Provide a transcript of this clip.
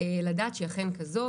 לדעת שהיא אכן כזו,